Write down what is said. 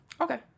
Okay